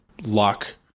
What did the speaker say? luck